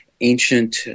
ancient